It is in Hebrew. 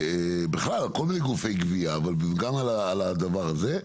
בכלל על כל מיני גופי גבייה אבל גם על הדבר הזה.